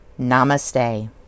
Namaste